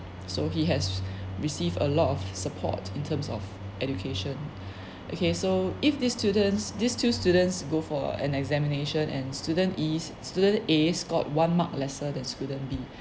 so he has received a lot of support in terms of education okay so if these students these two students go for an examination and students A student A scored one mark lesser than student B